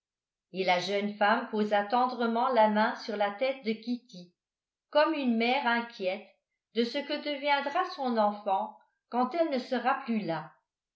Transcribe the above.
et la jeune femme posa tendrement la main sur la tête de kitty comme une mère inquiète de ce que deviendra son enfant quand elle ne sera plus là